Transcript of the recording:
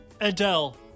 Adele